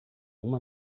uma